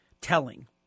telling